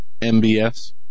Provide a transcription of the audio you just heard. MBS